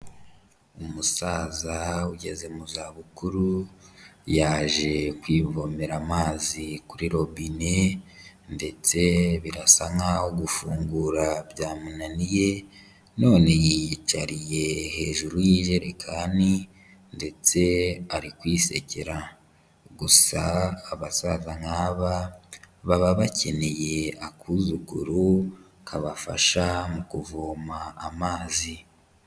Umusaza ugeze mu zabukuru yaje kwivomera amazi kuri robine ndetse birasa nkaho gufungura byamunaniye none yiyicariye hejuru y'ijerekani ndetse ari kwisekera, gusa abasaza nk'aba baba bakeneye akuzukuru kabafasha mu kuvoma amazi.